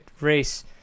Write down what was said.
race